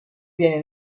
viene